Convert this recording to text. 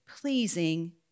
pleasing